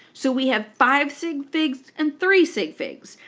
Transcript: so we have five sigfigs and three sigfigs,